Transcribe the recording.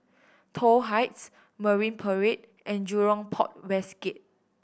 Toh Heights Marine Parade and Jurong Port West Gate